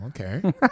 Okay